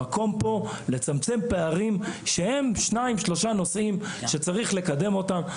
המקום פה לצמצם פערים שהם שניים שלושה נושאים שצריך לקדם אותם,